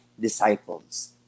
disciples